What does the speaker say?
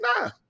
nah